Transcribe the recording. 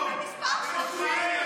לא, הגעת בזכות השריון.